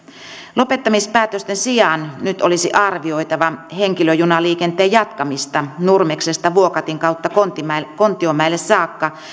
lopettamispäätösten sijaan nyt olisi arvioitava henkilöjunaliikenteen jatkamista nurmeksesta vuokatin kautta kontiomäelle kontiomäelle saakka